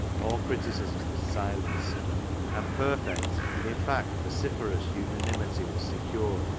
all criticism was silenced and perfect, and, in fact, vociferous unanimity was secured,